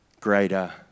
greater